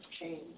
change